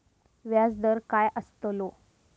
व्याज दर काय आस्तलो?